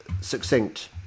succinct